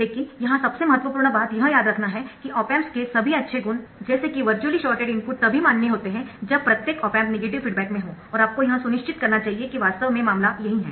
लेकिन यहां सबसे महत्वपूर्ण बात यह याद रखना है कि ऑप एम्प्स के सभी अच्छे गुण जैसे कि वर्चुअली शॉर्टेड इनपुट तभी मान्य होते है जब प्रत्येक ऑप एम्प नेगेटिव फीडबैक में हो और आपको यह सुनिश्चित करना चाहिए की वास्तव में मामला यही है